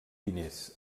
diners